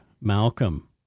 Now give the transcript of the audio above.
Malcolm